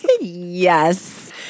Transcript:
Yes